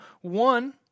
one